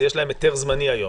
יש להם היתר זמני היום?